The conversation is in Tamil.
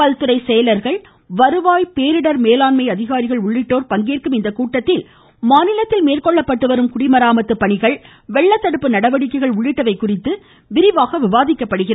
பல்துறை செயல்கள் வருவாய் பேரிடர் மேலாண்மை அதிகாரிகள் உள்ளிட்டோர் பங்கேற்கும் இக்கூட்டத்தில் மாநிலத்தில் மேற்கொள்ளப்பட்டு வரும் குடிமராமத்து பணிகள் வெள்ளத்தடுப்பு நடவடிக்கைகள் உள்ளிட்டவை குறித்து விரிவாக விவாதிக்கப்படுகிறது